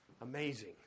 Amazing